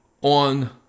on